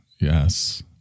Yes